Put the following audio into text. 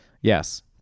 Yes